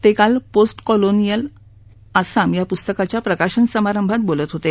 ते काल post colonial Assam या पुस्तकाच्या प्रकाशन समारंभात बोलत होते